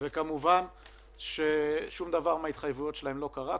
כמובן ששום דבר מההתחייבות שלהם לא קרה,